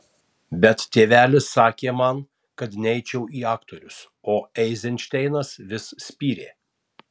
bet tėvelis sakė man kad neičiau į aktorius o eizenšteinas vis spyrė